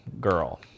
girl